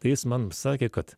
tai jis man sakė kad